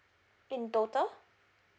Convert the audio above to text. in total